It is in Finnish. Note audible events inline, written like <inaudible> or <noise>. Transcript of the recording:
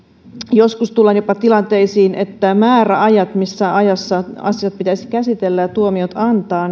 joskus tullaan jopa tilanteisiin että määräajat missä ajassa asiat pitäisi käsitellä ja tuomiot antaa <unintelligible>